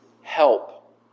help